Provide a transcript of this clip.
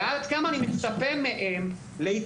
ולכן עד כמה אני מצפה מהם להתנהלות